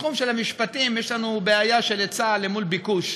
בתחום המשפטים יש לנו בעיה של היצע מול ביקוש: